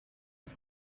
its